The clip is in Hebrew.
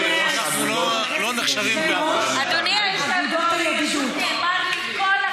לא, זה של יושבי-ראש אגודות ידידות פרלמנטריות.